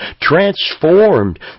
Transformed